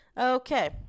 Okay